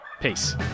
peace